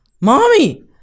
mommy